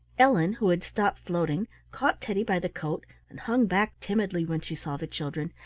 ellen, who had stopped floating, caught teddy by the coat and hung back timidly when she saw the children,